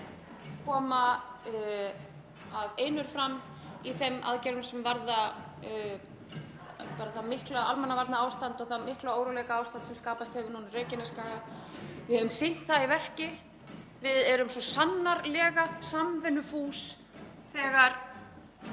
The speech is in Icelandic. fram af einurð í þeim aðgerðum sem varða hið mikla almannavarnaástand og það mikla óróleikaástand sem skapast hefur núna á Reykjanesskaga. Við höfum sýnt það í verki. Við erum svo sannarlega samvinnufús þegar